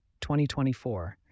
2024